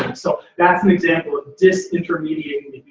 and so that's an example of dis-intermediating